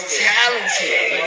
talented